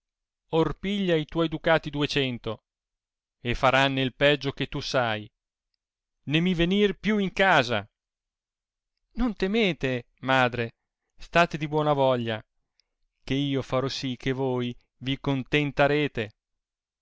piglia i tuoi ducati ducento e faranne il peggio che tu sai né mi venir più in casa non temete madre state di buona voglia che io farò si che voi vi